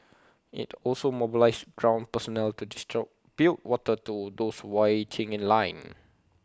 IT also mobilised ground personnel to build water to those waiting in line